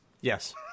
Yes